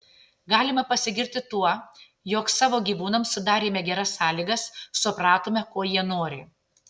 galime pasigirti tuo jog savo gyvūnams sudarėme geras sąlygas supratome ko jie nori